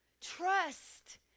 trust